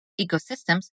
ecosystems